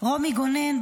רומי גונן,